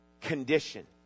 condition